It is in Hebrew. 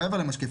מעבר למשקיף,